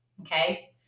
Okay